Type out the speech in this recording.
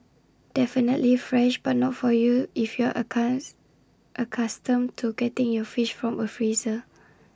definitely fresh but not for you if you're accounts accustomed to getting your fish from A freezer